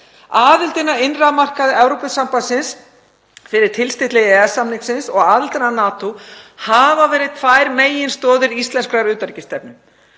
Aðildin að innri markaði Evrópusambandsins fyrir tilstilli EES-samningsins og aðildin að NATO hafa verið tvær meginstoðir íslenskrar utanríkisstefnu.